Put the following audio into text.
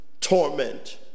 torment